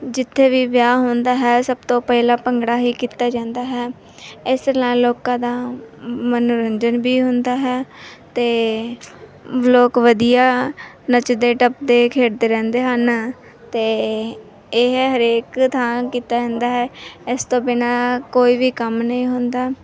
ਜਿੱਥੇ ਵੀ ਵਿਆਹ ਹੁੰਦਾ ਹੈ ਸਭ ਤੋਂ ਪਹਿਲਾਂ ਭੰਗੜਾ ਹੀ ਕੀਤਾ ਜਾਂਦਾ ਹੈ ਇਸ ਨਾਲ ਲੋਕਾਂ ਦਾ ਮਨੋਰੰਜਨ ਵੀ ਹੁੰਦਾ ਹੈ ਅਤੇ ਲੋਕ ਵਧੀਆ ਨੱਚਦੇ ਟੱਪਦੇ ਖੇਡਦੇ ਰਹਿੰਦੇ ਹਨ ਅਤੇ ਇਹ ਹਰੇਕ ਥਾਂ ਕੀਤਾ ਜਾਂਦਾ ਹੈ ਇਸ ਤੋਂ ਬਿਨਾਂ ਕੋਈ ਵੀ ਕੰਮ ਨਹੀਂ ਹੁੰਦਾ